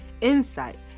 Insight